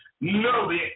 No